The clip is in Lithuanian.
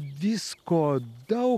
visko daug